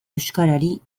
euskarari